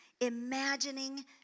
imagining